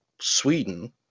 Sweden